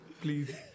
please